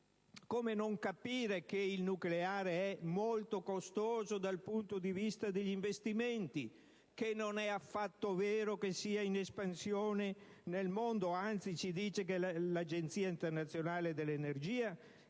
Come non capire che il nucleare è molto costoso dal punto di vista degli investimenti e che non è affatto vero che sia in espansione nel mondo? L'Agenzia internazionale dell'energia